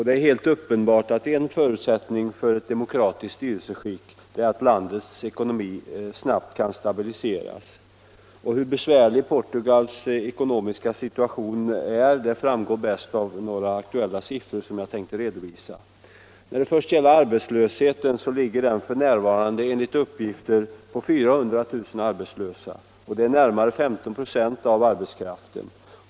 Det är helt uppenbart att en förutsättning för ett demokratiskt styrelseskick är att landets ekonomi snabbt kan stabiliseras. Hur besvärlig Portugals ekonomiska situation är framgår bäst av några aktuella siffror som jag kan redovisa. Antalet arbetslösa ligger f.n. enligt uppgift på 400 000. Det är närmare 10 96 av arbetskraften.